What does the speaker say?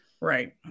Right